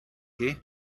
chi